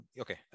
Okay